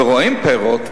ורואים פירות,